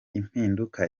impinduka